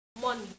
money